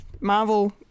Marvel